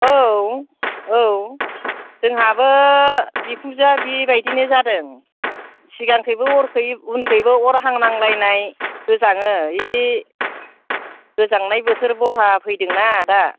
औ औ जोंहाबो बिखुनजोया बिबादिनो जादों सिगांथिंबो अरखै उनथिंबो अर हांनांनाय गोजाङो इ गोजांनाय बोथोर बह्रा फैदोंना दा